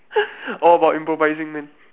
all about improvising man